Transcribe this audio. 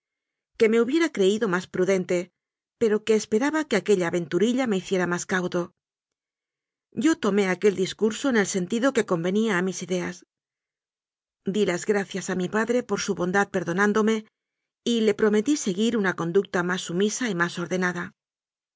que me hubie ra creído más prudente pero que esperaba que aquella aventurilla me hiciera más cauto yo tomé aquel discurso en el sentido que convenía a mis ideas di las gracias a mi padre por su bondad perdonándome y le prometí seguir una conducta más sumisa y más ordenada